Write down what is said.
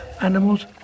animals